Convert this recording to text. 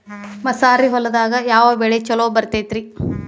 ಮಸಾರಿ ಹೊಲದಾಗ ಯಾವ ಬೆಳಿ ಛಲೋ ಬರತೈತ್ರೇ?